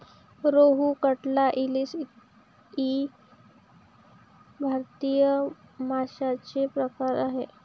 रोहू, कटला, इलीस इ भारतीय माशांचे प्रकार आहेत